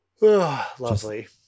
Lovely